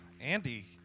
Andy